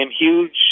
huge